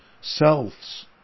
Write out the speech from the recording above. selves